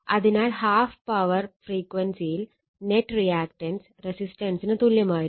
അതിനാൽ half power ഫ്രീക്വൻസിയിൽ net reactance റെസിസ്റ്റൻസിന് തുല്യമായിരിക്കും